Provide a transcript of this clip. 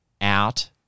out